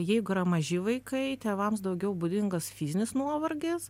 jeigu yra maži vaikai tėvams daugiau būdingas fizinis nuovargis